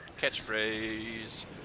catchphrase